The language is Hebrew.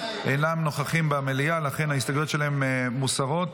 אינם נוכחים במליאה ולכן ההסתייגויות שלהם מוסרות.